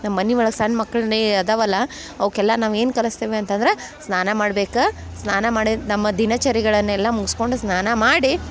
ನಮ್ಮ ಮನೆ ಒಳಗೆ ಸಣ್ಣ ಮಕ್ಕಳು ನೇ ಅದವಲ್ಲ ಅವಕ್ಕೆಲ್ಲ ನಾವು ಏನು ಕಲಿಸ್ತೇವೆ ಅಂತಂದ್ರೆ ಸ್ನಾನ ಮಾಡ್ಬೇಕು ಸ್ನಾನ ಮಾಡಿ ನಮ್ಮ ದಿನಚರಿಗಳನ್ನೆಲ್ಲ ಮುಗ್ಸ್ಕೊಂಡು ಸ್ನಾನ ಮಾಡಿ